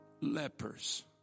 lepers